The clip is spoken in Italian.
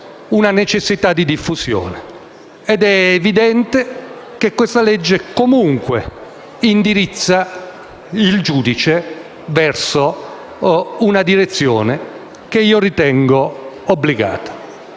una necessità di diffusione ed è evidente che questa legge, comunque, indirizza il giudice verso una direzione, che ritengo obbligata.